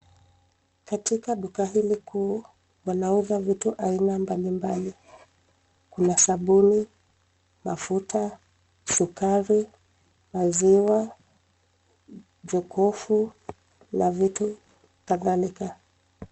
Katika duka hili kuu, wanauza vitu mbalimbali. Kuna sabuni, mafuta, sukari, maziwa, jokofu na vitu kadhalika.